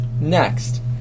Next